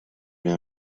l’ai